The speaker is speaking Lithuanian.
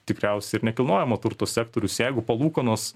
tikriausiai ir nekilnojamo turto sektorius jeigu palūkanos